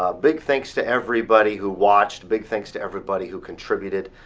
ah big thanks to everybody who watched, big thanks to everybody who contributed.